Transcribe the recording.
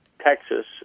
Texas